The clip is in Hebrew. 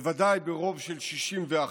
בוודאי ברוב של 61,